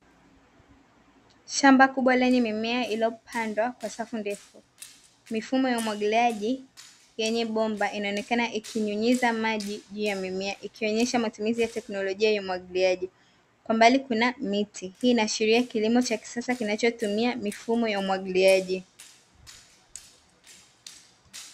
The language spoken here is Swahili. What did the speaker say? Shamba kubwa lenye mimea iliyopandwa kwa safu ndefu. Mifumo ya umwagiliaji yenye bomba inaonekana ikinyunyiza maji juu ya mimea, ikionyesha matumizi ya teknolojia ya umwagiliaji. Kwa mbali kuna miti. Hii inaashiria kilimo cha kisasa kinachotumia mifumo ya umwagiliaji.